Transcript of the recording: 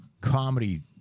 comedy